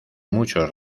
muchos